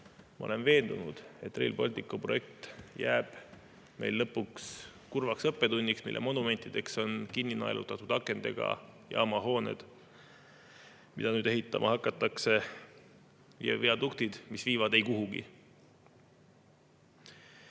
ma olen veendunud, et Rail Balticu projekt jääb meile lõpuks kurvaks õppetunniks, mille monumentideks on kinni naelutatud akendega jaamahooned, mida nüüd ehitama hakatakse, ja viaduktid, mis viivad eikuhugi.